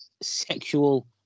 sexual